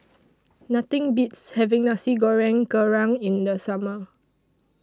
Nothing Beats having Nasi Goreng Kerang in The Summer